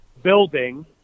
building